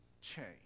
Change